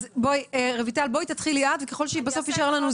בבקשה.